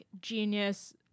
genius